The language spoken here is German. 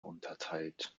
unterteilt